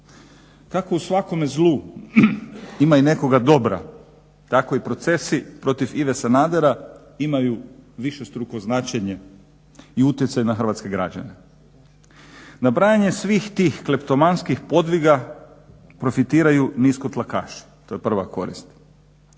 Kako u svakome zlu ima i nekoga dobra tako i procesi protiv Ive Sanadera imaju višestruko značenje i utjecaj na hrvatske građane. Nabrajanje svih tih kleptomanskih podviga profitiraju niskotlakaši. To je prva korist.